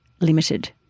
Limited